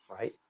Right